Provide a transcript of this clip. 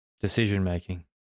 Decision-making